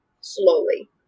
slowly